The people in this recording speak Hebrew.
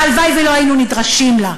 הלוואי שלא היינו נדרשים לה,